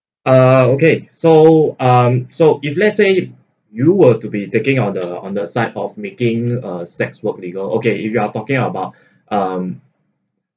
uh okay so um so if let's say you were to be taking on the on the side of making uh sex work legal okay if you are talking about um